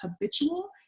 habitual